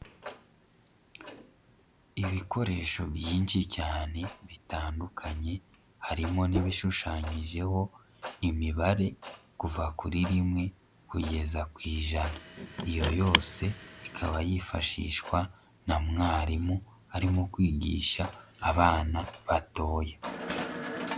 Ibikoresho byinshi cyane bitandukanye, harimo n'ibishushanyijeho imibare kuva kuri rimwe kugeza ku ijana. Iyo yose ikaba yifashishwa na mwarimu arimo kwigisha abana batoya.